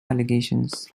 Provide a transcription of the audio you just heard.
allegations